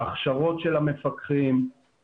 ההכשרות של המפקחים,